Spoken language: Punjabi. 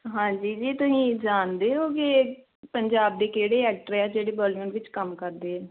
ਹਾਂਜੀ ਜੀ ਤੁਸੀਂ ਜਾਣਦੇ ਹੋ ਕਿ ਪੰਜਾਬ ਦੇ ਕਿਹੜੇ ਐਕਟਰ ਹੈ ਜਿਹੜੇ ਬੋਲੀਵੁੱਡ ਵਿੱਚ ਕੰਮ ਕਰਦੇ ਆ